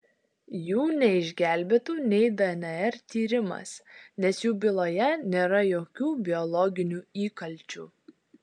jų neišgelbėtų nei dnr tyrimas nes jų byloje nėra jokių biologinių įkalčių